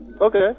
Okay